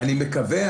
אני מקווה.